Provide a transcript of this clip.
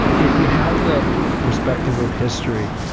if you have the perspective of history,